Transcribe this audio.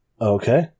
Okay